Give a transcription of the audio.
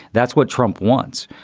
that's what trump wants.